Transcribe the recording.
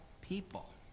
people